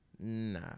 Nah